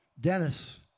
Dennis